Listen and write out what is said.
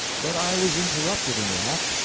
but i was interrupted in the act,